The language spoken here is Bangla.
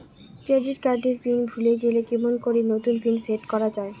ক্রেডিট কার্ড এর পিন ভুলে গেলে কেমন করি নতুন পিন সেট করা য়ায়?